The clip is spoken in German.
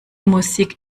musik